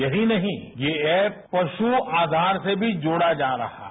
यही नहीं येऐप प्रगु आयार से भी जोझ जा रहा है